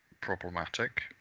problematic